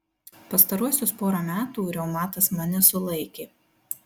pastaruosius porą metų reumatas mane sulaikė